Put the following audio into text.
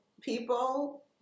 people